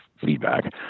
feedback